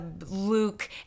Luke